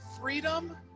freedom